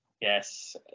Yes